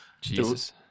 Jesus